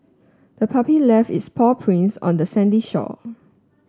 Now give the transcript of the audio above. the puppy left its paw prints on the sandy shore